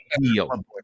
deal